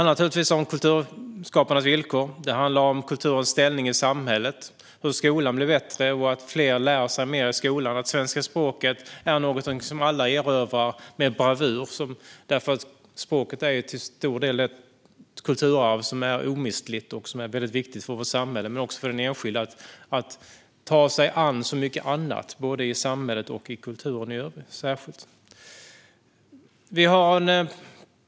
Det handlar om kulturskaparnas villkor, om kulturens ställning i samhället, om hur skolan kan bli bättre så att fler lär sig mer där och om hur svenska språket kan bli något som alla erövrar med bravur. Språket är ju till stor del ett omistligt kulturarv och väldigt viktigt både för vårt samhälle och för att den enskilde ska kunna ta sig an så mycket annat, både i samhället och, särskilt, i kulturen.